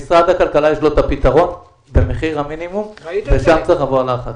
למשרד הכלכלה יש את הפתרון במחיר המינימום ושם צריך להיות הלחץ.